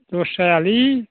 लस जायालै